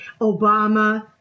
Obama